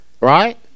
right